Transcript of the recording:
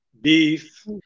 beef